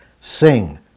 Sing